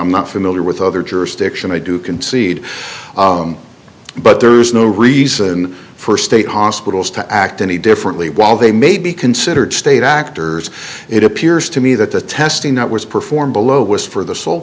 i'm not familiar with other jurisdiction i do concede but there is no reason for state hospitals to act any differently while they may be considered state actors it appears to me that the testing that was performed below was for the sole